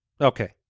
Okay